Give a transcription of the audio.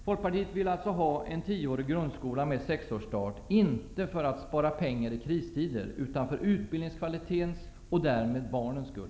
Folkpartiet vill ha en tioårig grundskola med sexårsstart, inte för att spara pengar i kristider, utan för utbildningskvalitetens och därmed barnens skull.